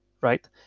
right